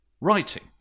writing